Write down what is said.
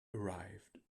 arrived